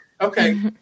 okay